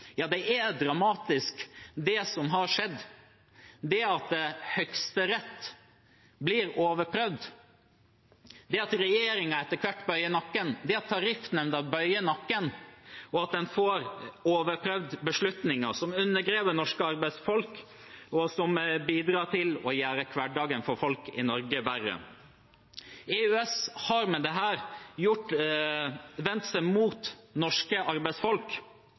Ja, det er dramatisk det som har skjedd, det at Høyesterett blir overprøvd, det at regjeringen etter hvert bøyer nakken, det at Tariffnemnda bøyer nakken, og at en får overprøvd beslutninger som undergraver norske arbeidsfolk, og som bidrar til å gjøre hverdagen for folk i Norge verre. EØS har med dette vendt seg mot norske arbeidsfolk.